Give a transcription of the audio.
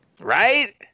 Right